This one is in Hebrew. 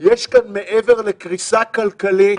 יש כאן מעבר לקריסה כלכלית,